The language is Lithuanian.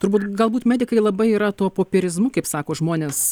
turbūt galbūt medikai labai yra tuo popierizmu kaip sako žmonės